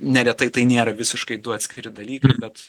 neretai tai nėra visiškai du atskiri dalykai bet